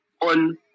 on